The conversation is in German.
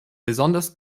besonders